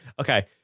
Okay